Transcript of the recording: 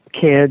kids